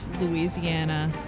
Louisiana